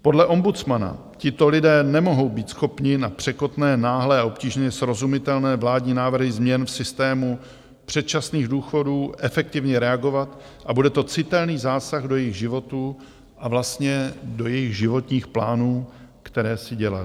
Podle ombudsmana tito lidé nemohou být schopni na překotné, náhlé a obtížně srozumitelné vládní návrhy změn v systému předčasných důchodů efektivně reagovat a bude to citelný zásah do jejich životů a vlastně do jejich životních plánů, které si dělali.